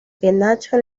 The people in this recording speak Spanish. penacho